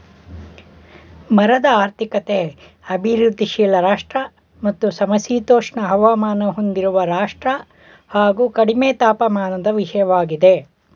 ಮರದ ಆರ್ಥಿಕತೆ ಅಭಿವೃದ್ಧಿಶೀಲ ರಾಷ್ಟ್ರ ಮತ್ತು ಸಮಶೀತೋಷ್ಣ ಹವಾಮಾನ ಹೊಂದಿರುವ ರಾಷ್ಟ್ರ ಹಾಗು ಕಡಿಮೆ ತಾಪಮಾನದ ವಿಷಯವಾಗಿದೆ